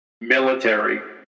military